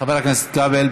חבר הכנסת כבל,